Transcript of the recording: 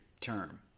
term